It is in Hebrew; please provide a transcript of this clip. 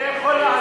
אני יכול,